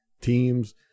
teams